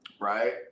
Right